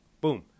Boom